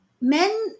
men